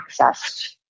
accessed